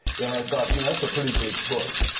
and i thought, you know that is a pretty big book,